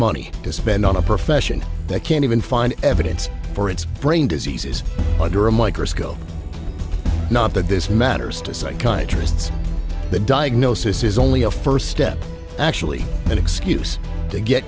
money to spend on a profession that can't even find evidence for its brain diseases under a microscope not that this matters to psychiatrists the diagnosis is only a first step actually an excuse to get